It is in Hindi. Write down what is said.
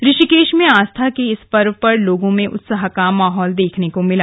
ऋषीकेश में आस्था के इस पर्व पर लोगों में उत्साह का माहौल देखने को मिला